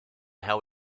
how